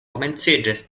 komenciĝis